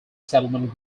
settlement